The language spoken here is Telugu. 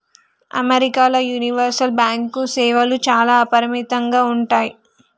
అమెరికాల యూనివర్సల్ బ్యాంకు సేవలు చాలా అపరిమితంగా ఉంటయ్